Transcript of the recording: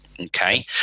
okay